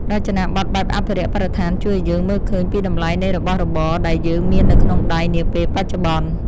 រចនាប័ទ្មបែបអភិរក្សបរិស្ថានជួយឱ្យយើងមើលឃើញពីតម្លៃនៃរបស់របរដែលយើងមាននៅក្នុងដៃនាពេលបច្ចុប្បន្ន។